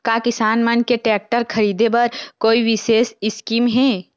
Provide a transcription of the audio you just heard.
का किसान मन के टेक्टर ख़रीदे बर कोई विशेष स्कीम हे?